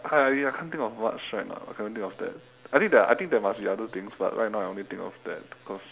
uh ya I can't think of much right now I can only think of that I think there are I think there must be other things but right now I only think of that cause